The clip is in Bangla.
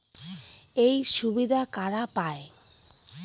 এই সুবিধা কারা পায়?